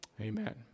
Amen